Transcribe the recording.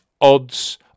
odds